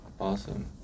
Awesome